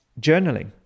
journaling